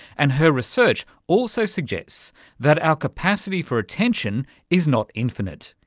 and her research also suggests that our capacity for attention is not infinite,